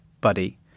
buddy